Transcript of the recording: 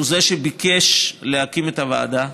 הוא שביקש להקים את הוועדה,